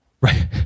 Right